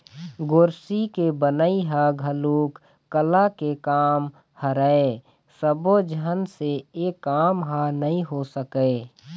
गोरसी के बनई ह घलोक कला के काम हरय सब्बो झन से ए काम ह नइ हो सके